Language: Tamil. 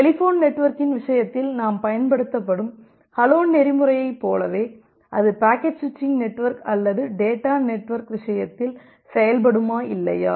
டெலிபோன் நெட்வொர்க்கின் விஷயத்தில் நாம் பயன்படுத்தும் ஹலோ நெறிமுறையைப் போலவே அது பாக்கெட் சுவிட்ச் நெட்வொர்க் அல்லது டேட்டா நெட்வொர்க் விஷயத்தில் செயல்படுமா இல்லையா